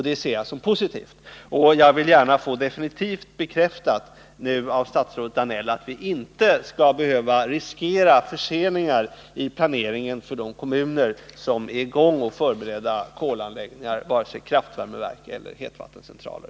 Det ser jag som positivt, och jag vill gärna få definitivt bekräftat av statsrådet Danell att vi inte skall behöva riskera förseningar i planeringen för de kommuner som redan kommit i gång med förberedelserna för kolanläggningar vare sig det gäller kraftvärmeverk eller hetvattencentraler.